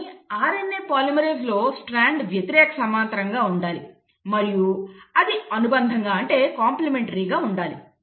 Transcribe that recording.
కానీ RNA polymerase లో strand వ్యతిరేక సమాంతరంగా ఉండాలి మరియు అది అనుబంధంగా ఉండాలి